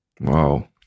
Wow